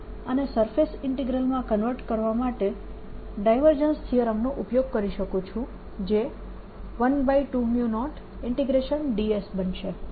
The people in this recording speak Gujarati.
હું આને સરફેસ ઇન્ટીગ્રલમાં કન્વર્ટ કરવા માટે ડાયવર્જન્સ થીયરમ નો ઉપયોગ કરી શકું છું જે 120ds બનશે